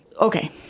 Okay